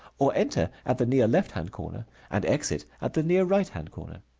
or enter at the near left-hand corner and exit at the near right-hand corner.